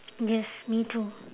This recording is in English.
yes me too